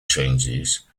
changes